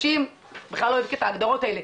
קשים, אני בכלל לא אוהבת את ההגדרות האלה.